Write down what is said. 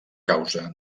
causa